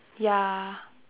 ya